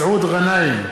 מסעוד גנאים,